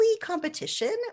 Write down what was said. competition